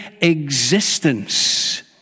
existence